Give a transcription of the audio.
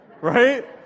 right